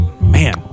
man